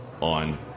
on